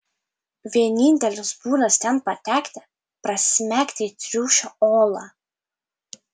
vienintelis būdas ten patekti prasmegti į triušio olą